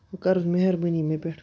وۅنۍ کَر حظ مہربٲنی مےٚ پٮ۪ٹھ